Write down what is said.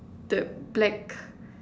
the black